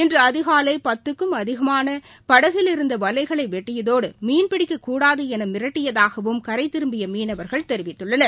இன்றுஅதிகாலைத்துக்கும் அதிகமானபடகுகளிலிருந்தவலைகளைவெட்டியதோடு மீன்பிடிக்கக்கூடாதுஎனமிரட்டியதாகவும் கரைதிரும்பியமீனவர்கள் தெரிவித்துள்ளனர்